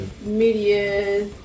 media